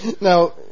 Now